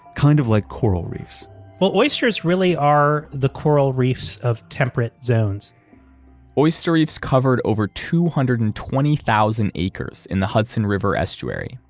kind of like coral reefs well oysters really are the coral reefs of temperate zones oyster reefs covered over two hundred and twenty thousand acres in the hudson river estuary,